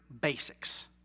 basics